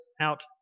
out